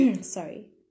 Sorry